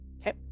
Okay